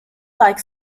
like